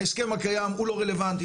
ההסכם הקיים הוא לא רלוונטי.